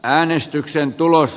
äänestyksen tulos